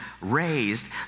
raised